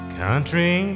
country